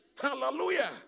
Hallelujah